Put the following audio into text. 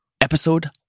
episode